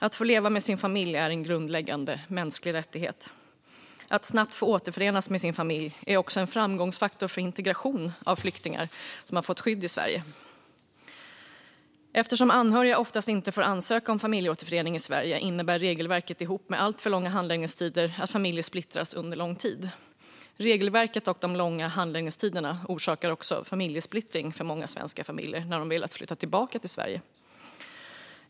Att få leva med sin familj är en grundläggande mänsklig rättighet. Att snabbt få återförenas med sin familj är också en framgångsfaktor för integration av flyktingar som fått skydd i Sverige. Eftersom anhöriga oftast inte får ansöka om familjeåterförening i Sverige innebär regelverket ihop med alltför långa handläggningstider att familjer splittras under lång tid. Regelverket och de långa handläggningstiderna orsakar också familjesplittring för många svenska familjer när de vill flytta tillbaka till Sverige.